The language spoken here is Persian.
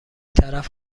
طرف